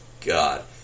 God